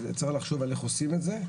וצריך לחשוב על איך עושים את זה,